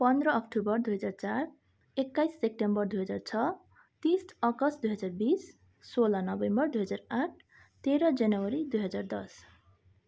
पन्ध्र अक्टोबर दुई हजार एक्काइस सेप्टेम्बर दुई हजार छ तिस अगस्ट दुई हजार बिस सोह्र नोभेम्बर दुई हजार आठ तेह्र जनवरी दुई हजार दस